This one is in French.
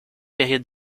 période